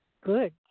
good